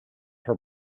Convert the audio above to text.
her